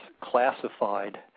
classified